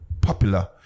popular